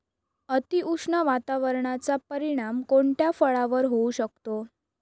अतिउष्ण वातावरणाचा परिणाम कोणत्या फळावर होऊ शकतो?